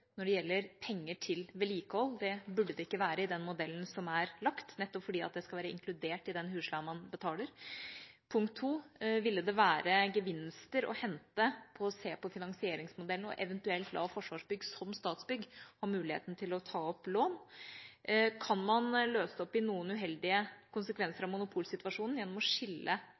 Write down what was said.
burde det ikke være i den modellen som er lagt, nettopp fordi det skal være inkludert i den husleien man betaler. Punkt to: Ville det være gevinster å hente på å se på finansieringsmodellen, og eventuelt la Forsvarsbygg, som Statsbygg, ha muligheten til å ta opp lån? Kan man løse opp i noen uheldige konsekvenser av monopolsituasjonen gjennom å skille